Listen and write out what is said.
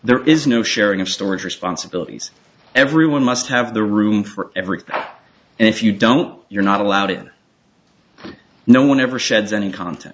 there is no sharing of storage responsibilities everyone must have the room for everything and if you don't you're not allowed in no one ever sheds any content